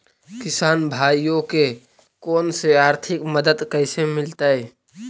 किसान भाइयोके कोन से आर्थिक मदत कैसे मीलतय?